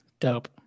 dope